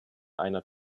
einer